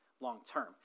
long-term